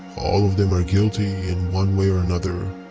all of them are guilty in one way or another.